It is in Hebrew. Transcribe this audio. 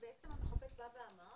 בעצם המחוקק בא ואמר